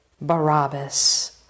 Barabbas